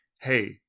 hey